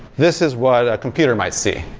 this is what a computer might see.